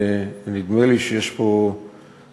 נדמה לי שיש פה כמה,